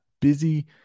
busy